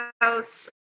house